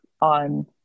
on